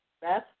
Beth